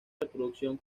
reproducción